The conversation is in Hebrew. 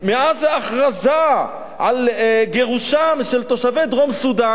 מאז ההכרזה על גירושם של תושבי דרום-סודן,